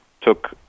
took